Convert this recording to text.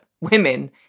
women